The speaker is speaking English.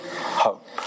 hope